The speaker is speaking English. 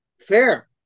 Fair